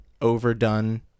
overdone